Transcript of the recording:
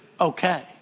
okay